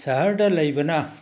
ꯁꯍꯔꯗ ꯂꯩꯕꯅ